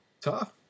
Tough